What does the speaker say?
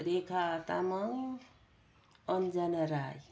Rekha Tamang Anjana Rai